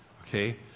okay